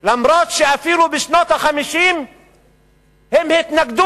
למרות שאפילו בשנות ה-50 הם התנגדו